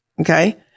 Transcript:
Okay